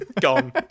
Gone